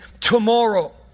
tomorrow